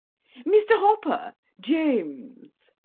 mr. hopper! james!